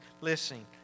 Listen